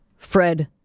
Fred